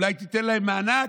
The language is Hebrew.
אולי תיתן להם מענק,